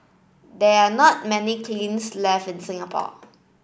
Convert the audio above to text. they are not many kilns left in Singapore